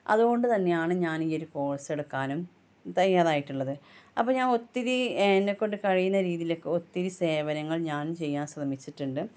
അതുകൊണ്ടു തന്നെയാണ് ഞാൻ ഈ ഒരു കോഴ്സ് എടുക്കാനും തയ്യാറായിട്ടുള്ളത് അപ്പോള് ഞാൻ ഒത്തിരി എന്നെക്കൊണ്ട് കഴിയുന്ന രീതിയിൽ ഒക്കെ ഒത്തിരി സേവനങ്ങൾ ഞാൻ ചെയ്യാൻ ശ്രമിച്ചിട്ടുണ്ട്